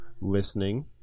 listening